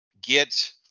get